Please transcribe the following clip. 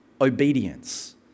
obedience